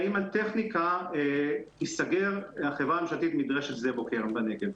האם על טכניקה תיסגר החברה הממשלתית מדרשת שדה בוקר בנגב?